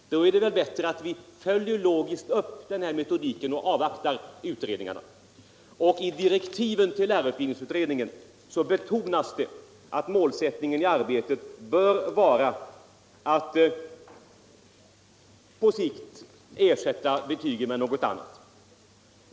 Då är det väl bättre att vi logiskt följer upp metodiken och avvaktar utredningarna. I direktiven till lärarutbildningsutredningen betonas att målsättningen i arbetet bör vara att på sikt ersätta betygen med något annat.